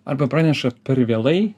arba praneša per vėlai